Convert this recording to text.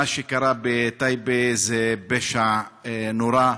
מה שקרה בטייבה זה פשע נורא,